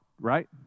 right